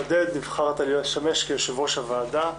עודד נבחרת לשמש כיושב-ראש הוועדה.